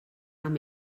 amb